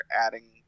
adding